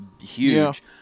huge